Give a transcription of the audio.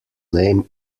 named